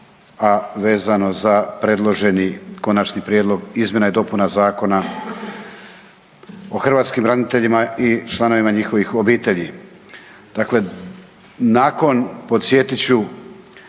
a vezano za predloženi Konačni prijedlog izmjena i dopuna Zakona o hrvatskim braniteljima i članovima njihovih obitelji. Dakle, nakon podsjetit